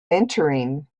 entering